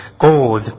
gold